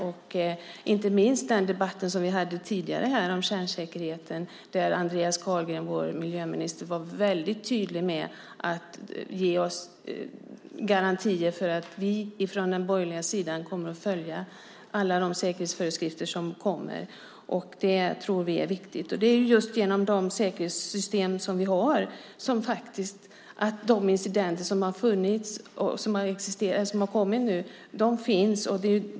Det gäller inte minst den debatt om kärnsäkerheten vi hade här tidigare där Andreas Carlgren, vår miljöminister, var väldigt tydlig med att ge garantier för att vi från den borgerliga sidan kommer att följa alla viktiga säkerhetsföreskrifter. Och det är just tack vare de säkerhetssystem som finns som de incidenter som har varit har kommit fram.